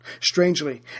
Strangely